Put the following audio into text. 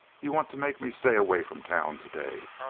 you want to make me stay away from town today.